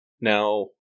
Now